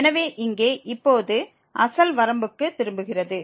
எனவே இங்கே இப்போது அசல் வரம்புக்கு திரும்புகிறது